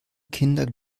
kinder